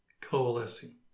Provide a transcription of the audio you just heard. coalescing